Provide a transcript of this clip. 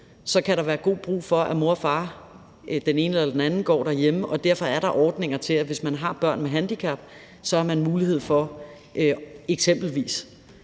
kan der være god brug for, at mor og far, den ene eller den anden, går derhjemme, og derfor er der ordninger til, at hvis man har børn med handicap, har man mulighed for eksempelvis